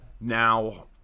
Now